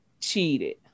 cheated